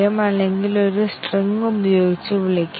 ഇവ variable a ഉപയോഗിക്കുന്നു